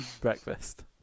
breakfast